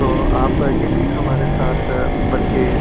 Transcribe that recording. تو آپ یہ بھی ہمارے ساتھ بلکہ